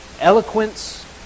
eloquence